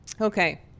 Okay